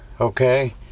okay